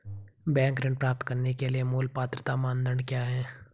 Bank ऋण प्राप्त करने के लिए मूल पात्रता मानदंड क्या हैं?